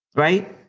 right.